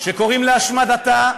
שקוראים להשמדתה,